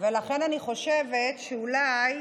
ולכן אני חושבת שאולי